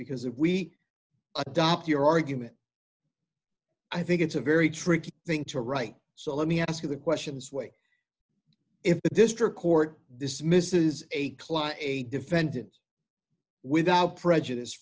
because if we adopt your argument i think it's a very tricky thing to write so let me ask you the questions way if a district court dismisses a client a defendant without prejudice